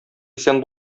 исән